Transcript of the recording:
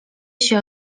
się